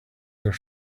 their